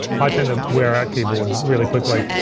i tend to wear out keyboards really quickly.